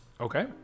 Okay